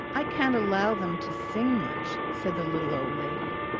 i can't allow them to sing much, said the little old lady,